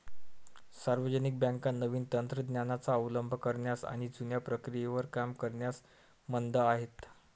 सार्वजनिक बँका नवीन तंत्र ज्ञानाचा अवलंब करण्यास आणि जुन्या प्रक्रियेवर काम करण्यास मंद आहेत